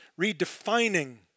redefining